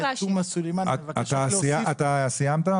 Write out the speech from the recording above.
אתה סיימת?